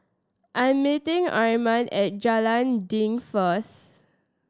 I am meeting Armin at Jalan Dinding first